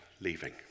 leaving